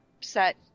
set